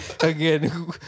again